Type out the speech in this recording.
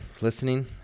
listening